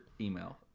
email